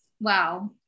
Wow